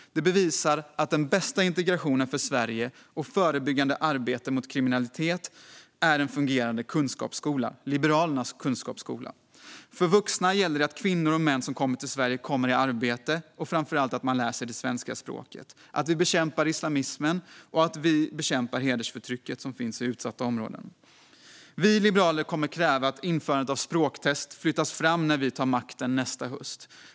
Det bevisar att den bästa integrationen för Sverige och det bästa förebyggande arbetet mot kriminalitet är en fungerande kunskapsskola - Liberalernas kunskapsskola. För vuxna gäller det att kvinnor och män som kommer till Sverige kommer i arbete och framför allt att man lär sig det svenska språket och att vi bekämpar islamismen och hedersförtrycket som finns i utsatta områden. Vi liberaler kommer att kräva att införandet av språktest flyttas fram när vi tar makten nästa höst.